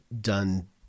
done